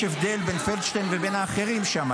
יש הבדל בין פלדשטיין לבין האחרים שם.